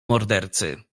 mordercy